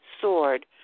sword